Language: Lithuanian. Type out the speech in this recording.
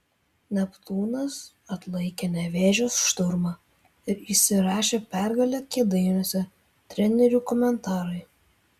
neptūnas atlaikė nevėžio šturmą ir įsirašė pergalę kėdainiuose trenerių komentarai